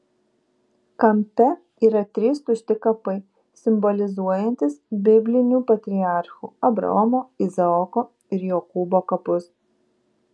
kampe yra trys tušti kapai simbolizuojantys biblinių patriarchų abraomo izaoko ir jokūbo kapus